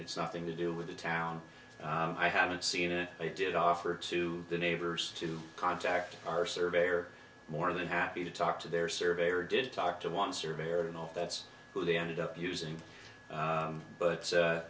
it's nothing to do with the town i haven't seen it i did offer to the neighbors to contact our surveyor more than happy to talk to their surveyor did talk to one surveyor and all that's who they ended up using but